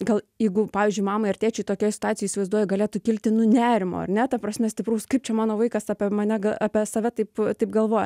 gal jeigu pavyzdžiui mamai ar tėčiui tokioj situacijoj įsivaizduoju galėtų kilti nu nerimo ar ne ta prasme stiprus kaip čia mano vaikas apie mane ga apie save taip taip galvoja